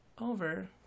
over